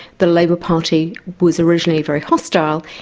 the labour party was originally very hostile,